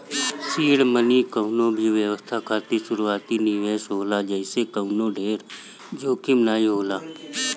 seed money कवनो भी व्यवसाय खातिर शुरूआती निवेश होला जेसे कवनो ढेर जोखिम नाइ होला